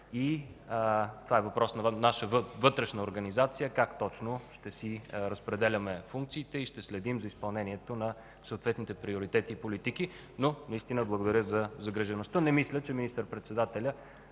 и това е въпрос на наша вътрешна организация как точно ще си разпределяме функциите и ще следим за изпълнението на съответните приоритети и политики, но наистина благодаря за загрижеността. Не мисля, че министър-председателят